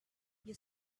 your